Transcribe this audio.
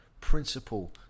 principle